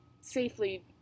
safely